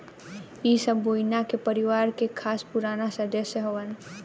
इ सब बोविना के परिवार के खास पुराना सदस्य हवन